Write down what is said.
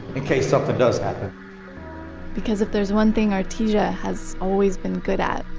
in case something does happen because if there's one thing artesia has always been good at,